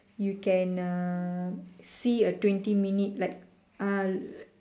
you can uh see a twenty minute like ah